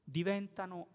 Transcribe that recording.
diventano